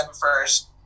first